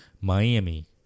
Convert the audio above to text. Miami